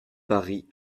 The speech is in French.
paris